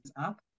up